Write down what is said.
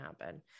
happen